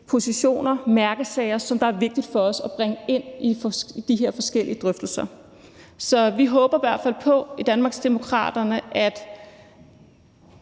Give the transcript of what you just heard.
positioner, mærkesager, som er vigtige for os at bringe ind i de her forskellige drøftelser. Så vi håber i hvert fald i Danmarksdemokraterne på, at